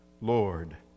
Lord